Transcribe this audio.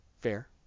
fair